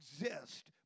exist